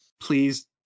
please